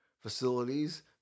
facilities